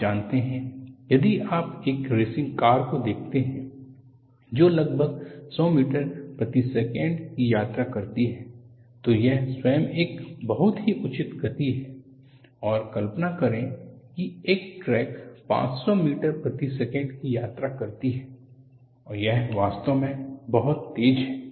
आप जानते हैं यदि आप एक रेसिंग कार को देखते हैं जो लगभग 100 मीटर प्रति सेकंड की यात्रा करती है तो यह स्वयं एक बहुत ही उच्च गति है और कल्पना करे की एक क्रैक 500 मीटर प्रति सेकंड की यात्रा करती है यह वास्तव में बहुत तेज है